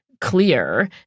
clear